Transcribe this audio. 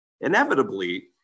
inevitably